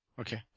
Okay